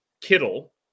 Kittle